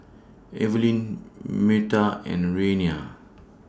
Evelin Meta and Reanna